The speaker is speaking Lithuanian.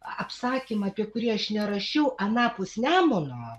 apsakymą apie kurį aš nerašiau anapus nemuno